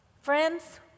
Friends